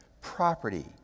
property